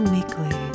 Weekly